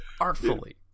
artfully